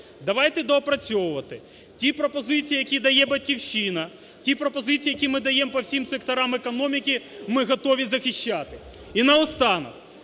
Давайте доопрацьовувати ті пропозиції, які дає "Батьківщина". Ті пропозиції, які ми даємо по всіх секторах економіки, ми готові захищати. І наостанок.